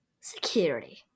Security